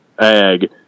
ag